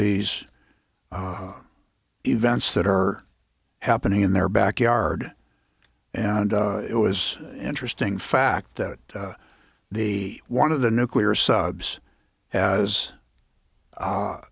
these events that are happening in their backyard and it was interesting fact that the one of the nuclear subs has